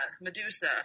Medusa